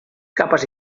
capes